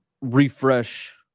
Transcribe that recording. refresh